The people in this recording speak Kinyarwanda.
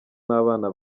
n’abana